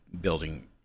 building